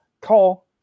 call